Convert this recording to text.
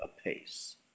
apace